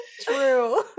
True